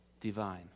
divine